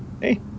Hey